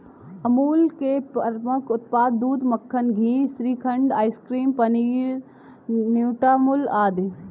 अमूल के प्रमुख उत्पाद हैं दूध, मक्खन, घी, श्रीखंड, आइसक्रीम, पनीर, न्यूट्रामुल आदि